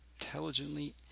intelligently